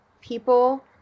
people